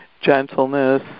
gentleness